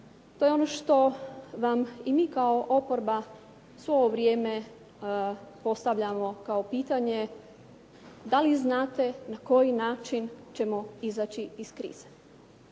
to je ono što vam i mi kao oporba svo ovo vrijeme postavljamo kao pitanje, da li znate na koji način ćemo izaći iz krize.